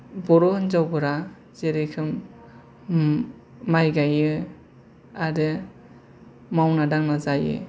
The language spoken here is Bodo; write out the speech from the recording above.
बर' हिनजावफोरा जेरोखोम ओम माइ गायो आरो मावना दांना जायो